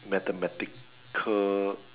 mathematical